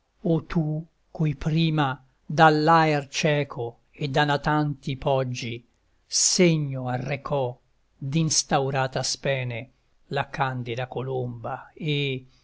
o tu cui prima dall'aer cieco e da natanti poggi segno arrecò d'instaurata spene la candida colomba e